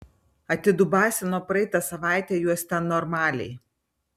atidubasino praeitą savaitę juos ten normaliai